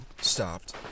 stopped